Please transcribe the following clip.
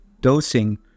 dosing